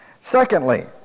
Secondly